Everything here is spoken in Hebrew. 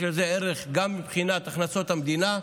יש לזה ערך גם מבחינת הכנסות המדינה,